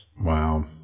Wow